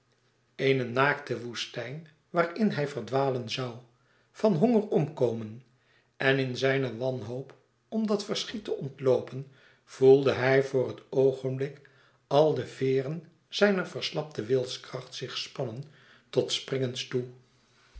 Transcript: eene naakte woestijn waarin hij verdwalen zoû van honger omkomen en in zijne wanhoop om dat verschiet te ontloopen voelde hij voor het oogenblik al de veeren zijner verslapte wilskracht zich spannen tot springens toe